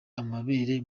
amabere